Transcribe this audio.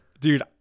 dude